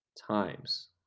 times